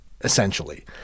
essentially